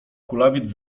kulawiec